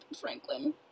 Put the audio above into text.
Franklin